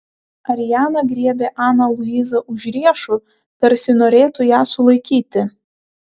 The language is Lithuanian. ariana griebė aną luizą už riešų tarsi norėtų ją sulaikyti